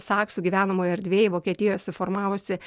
saksų gyvenamojoj erdvėj vokietijoj suformavusi